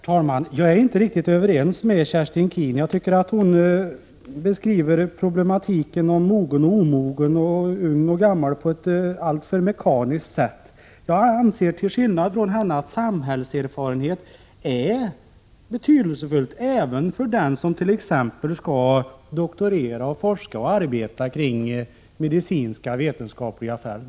Herr talman! Jag är inte riktigt överens med Kerstin Keen. Jag tycker att hon beskriver problematiken mogen-omogen och ung-gammal på ett alltför mekaniskt sätt. Till skillnad från henne anser jag att samhällserfarenhet är betydelsefull även för den som skall doktorera och forska t.ex. på det medicinskvetenskapliga fältet.